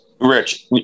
Rich